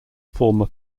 former